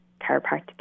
chiropractic